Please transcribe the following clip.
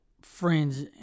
Friends